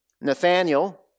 Nathaniel